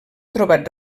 trobat